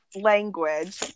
language